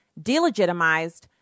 delegitimized